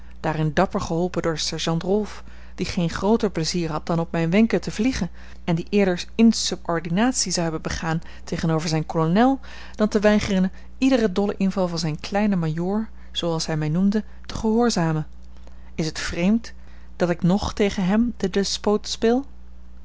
daarin dapper geholpen door sergeant rolf die geen grooter pleizier had dan op mijne wenken te vliegen en die eerder insubordinatie zou hebben begaan tegenover zijn kolonel dan te weigeren iederen dollen inval van zijn kleinen majoor zooals hij mij noemde te gehoorzamen is het vreemd dat ik nog tegen hem den despoot speel